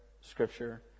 scripture